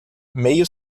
meio